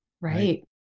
Right